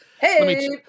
hey